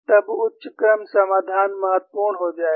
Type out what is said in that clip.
तब उच्च क्रम समाधान महत्वपूर्ण हो जाएगा